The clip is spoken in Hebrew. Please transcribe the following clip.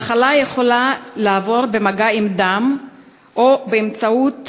המחלה יכולה לעבור במגע עם דם או באמצעות